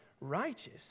righteous